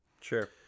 Sure